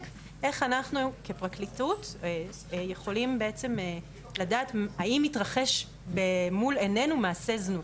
איך אנחנו כפרקליטות יכולים בעצם לדעת האם מתרחש מול עינינו מעשה זנות.